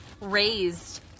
raised